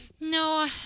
no